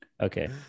Okay